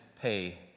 pay